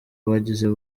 abagize